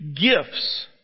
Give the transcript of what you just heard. gifts